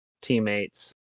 teammates